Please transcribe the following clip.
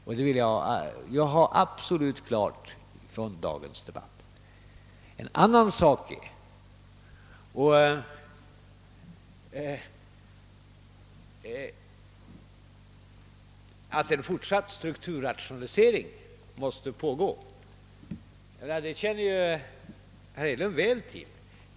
Jag vill att det skall vara absolut klart efter dagens debatt, En annan sak är att en fortsatt strukturrationalisering måste pågå, något som herr Hedlund mycket väl känner till.